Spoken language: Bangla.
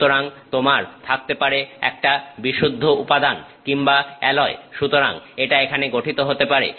সুতরাং তোমার থাকতে পারে একটা বিশুদ্ধ উপাদান কিংবা অ্যালয় সুতরাং এটা এখানে গঠিত হতে পারে